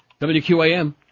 WQAM